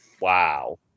Wow